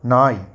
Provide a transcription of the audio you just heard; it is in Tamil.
நாய்